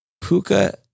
Puka